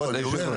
כבוד היו"ר.